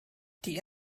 die